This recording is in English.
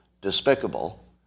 despicable